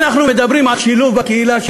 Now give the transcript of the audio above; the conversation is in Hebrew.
אנחנו מדברים על שילוב בקהילה,